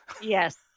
yes